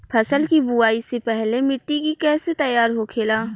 फसल की बुवाई से पहले मिट्टी की कैसे तैयार होखेला?